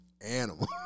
animal